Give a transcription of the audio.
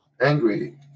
angry